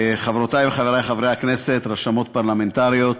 חברותי וחברי הכנסת, רשמות פרלמנטריות,